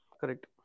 Correct